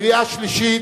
בקריאה שלישית.